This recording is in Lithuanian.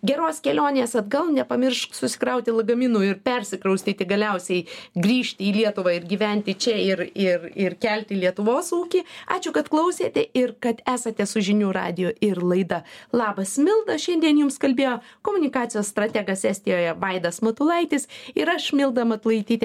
geros kelionės atgal nepamiršk susikrauti lagaminų ir persikraustyti galiausiai grįžti į lietuvą ir gyventi čia ir ir ir kelti lietuvos ūkį ačiū kad klausėte ir kad esate su žinių radiju ir laida labas milda šiandien jums kalbėjo komunikacijos strategas estijoje vaidas matulaitis ir aš milda matulaitytė